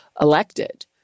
elected